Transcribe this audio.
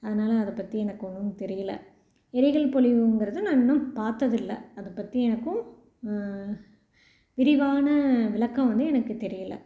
அதனாலே அதை பற்றி எனக்கு ஒன்றும் தெரியல எரிகல் பொழிவுங்கறது நான் இன்னும் பார்த்தது இல்லை அதை பற்றி எனக்கும் விரிவான விளக்கம் வந்து எனக்கு தெரியல